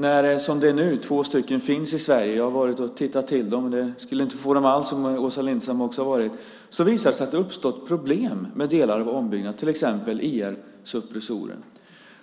Nu finns det två stycken i Sverige. Jag har varit och tittat till dem, och det skulle inte förvåna mig alls om Åsa Lindestam också har varit det. Då visar det sig att det har uppstått problem med delar av ombyggnaden, till exempel IR-suppressorer.